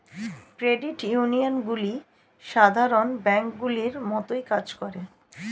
credit ইউনিয়নগুলি সাধারণ ব্যাঙ্কগুলির মতোই কাজ করে